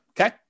okay